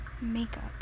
makeup